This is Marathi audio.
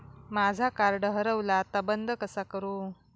माझा कार्ड हरवला आता बंद कसा करू?